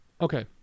Okay